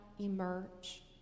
emerge